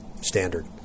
standard